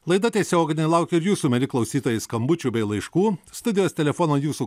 laida tiesiog nelaukia jūsų mieli klausytojai skambučių bei laiškų studijos telefono jūsų